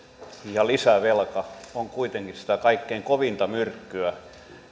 ja lisävelka on kuitenkin sitä kaikkein kovinta myrkkyä